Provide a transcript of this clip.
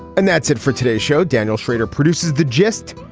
and that's it for today show daniel schrader produces the gist.